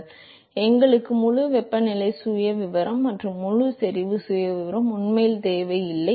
எனவே எங்களுக்கு முழு வெப்பநிலை சுயவிவரம் மற்றும் முழு செறிவு சுயவிவரம் உண்மையில் தேவையில்லை